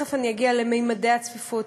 תכף אני אגיע לממדי הצפיפות,